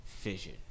Fission